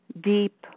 deep